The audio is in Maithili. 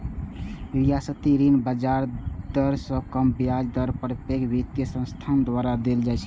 रियायती ऋण बाजार दर सं कम ब्याज दर पर पैघ वित्तीय संस्थान द्वारा देल जाइ छै